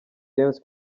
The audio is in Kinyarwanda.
james